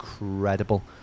incredible